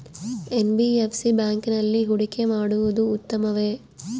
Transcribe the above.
NBFC ಬ್ಯಾಂಕಿನಲ್ಲಿ ಹೂಡಿಕೆ ಮಾಡುವುದು ಉತ್ತಮವೆ?